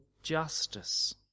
Justice